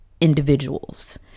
individuals